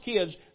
kids